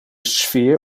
sfeer